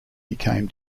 became